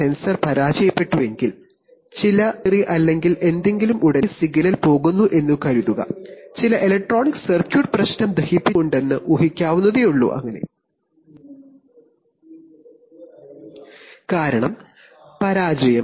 ചില electronic circuit കത്തുന്നതു കാരണം അഥവാ ചില വയർ കീറി സെൻസർ പരാജയപ്പെട്ടു എങ്കിൽ ഉടനെ ഈ സിഗ്നൽ 0 ആയി പോകുന്നു